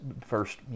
first